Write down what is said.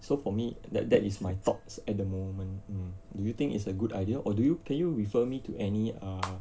so for me that that is my thoughts at the moment hmm do you think it's a good idea or do you can you refer me to any ah